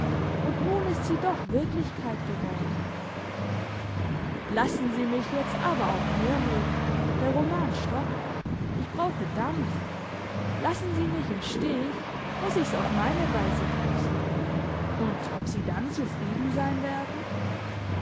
und nun ist sie doch wirklichkeit geworden lassen sie mich jetzt aber auch mehr hören der roman stockt ich brauche dampf lassen sie mich im stich muss ich's auf meine weise deichseln und ob sie dann zufrieden sein werden